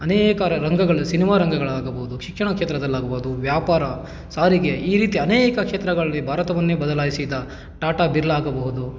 ಅನೇಕ ರಂಗಗಳು ಸಿನಿಮಾ ರಂಗಗಳಾಗಬಹುದು ಶಿಕ್ಷಣ ಕ್ಷೇತ್ರದಲ್ಲಾಗಬಹುದು ವ್ಯಾಪಾರ ಸಾರಿಗೆ ಈ ರೀತಿ ಅನೇಕ ಕ್ಷೇತ್ರಗಳಲ್ಲಿ ಭಾರತವನ್ನೇ ಬದಲಾಯಿಸಿದ ಟಾಟಾ ಬಿರ್ಲಾ ಆಗಬಹುದು